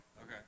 Okay